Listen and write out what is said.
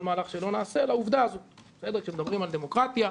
מהלך שנעשה על העובדה הזו כשמדברים על דמוקרטיה.